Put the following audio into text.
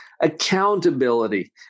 Accountability